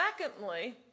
secondly